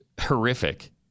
horrific